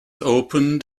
opened